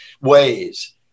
ways